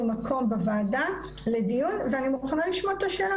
מקום בוועדה לדיון ואני מוכנה לשמוע את התשובה,